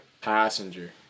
Passenger